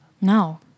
No